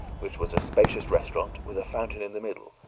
which was a spacious restaurant, with a fountain in the middle,